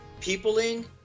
peopling